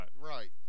Right